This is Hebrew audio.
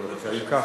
אם כך,